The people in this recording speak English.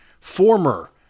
former